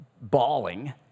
bawling